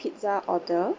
pizza order